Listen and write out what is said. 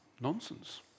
nonsense